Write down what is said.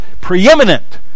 preeminent